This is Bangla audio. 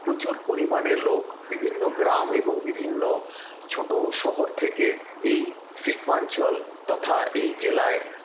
প্রচুর পরিমাণে লোক বিভিন্ন গ্রাম এবং বিভিন্ন ছোট শহর থেকে এই শিল্পাঞ্চল তথা এই জেলায়